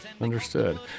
Understood